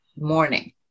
morning